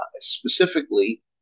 specifically